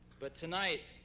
but tonight,